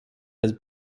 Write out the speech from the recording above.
has